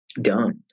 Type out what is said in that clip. done